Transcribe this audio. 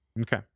Okay